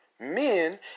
men